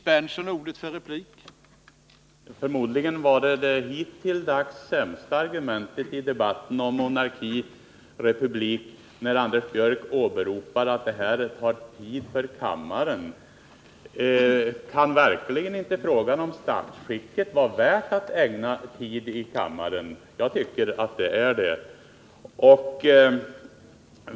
Herr talman! Förmodligen var detta det hittilldags sämsta argumentet i debatten om monarki eller republik, när Anders Björck åberopade att det här tar upp tid för kammaren. Kan verkligen inte frågan om statsskicket vara värd att ägna tid i kammaren? Jag tycker att den är det.